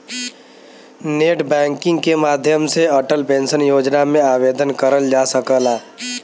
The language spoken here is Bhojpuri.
नेटबैंकिग के माध्यम से अटल पेंशन योजना में आवेदन करल जा सकला